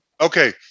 okay